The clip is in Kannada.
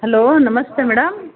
hello namaste madam